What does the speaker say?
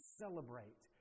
celebrate